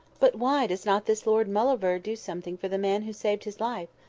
but why does not this lord mauleverer do something for the man who saved his life?